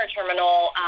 terminal